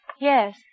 Yes